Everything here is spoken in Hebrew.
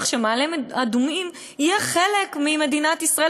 שמעלה-אדומים היא חלק ממדינת ישראל,